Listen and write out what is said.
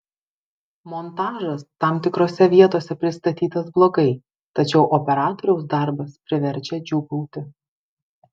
montažas tam tikrose vietose pristatytas blogai tačiau operatoriaus darbas priverčia džiūgauti